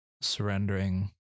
surrendering